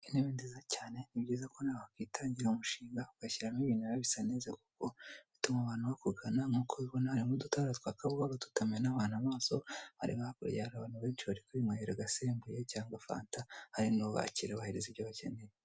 Intebe nziza cyane, ni byiza ko nawe wakwitangirira umushinga ugashyiramo ibintu biba bisa neza kuko, bituma abantu bakugana nkuko ubibona harimo udutara twaka buhoro tutamena abantu amaso, hakurya hari abantu benshi bari kwinywera agasembuye cyangwa fata hari n'ubakira abahereza ibyo bakeneye.